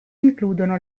includono